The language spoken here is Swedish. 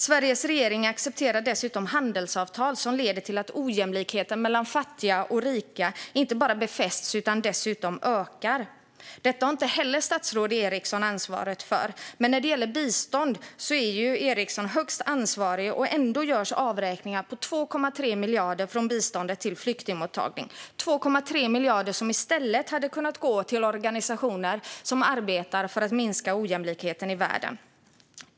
Sveriges regering accepterar dessutom handelsavtal som leder till att ojämlikheten mellan fattiga och rika inte bara befästs utan dessutom ökar. Detta har statsrådet Eriksson heller inte huvudansvaret för. Men när det gäller bistånd är Eriksson högst ansvarig, och ändå görs avräkningar på 2,3 miljarder från biståndet till flyktingmottagning. Dessa 2,3 miljarder hade i stället kunnat gå till organisationer som arbetar för att minska ojämlikheten i världen.